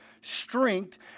strength